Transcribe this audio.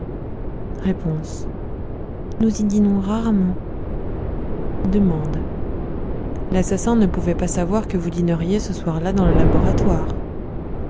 nous y dînons rarement d l'assassin ne pouvait pas savoir que vous dîneriez ce soir-là dans le laboratoire